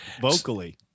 vocally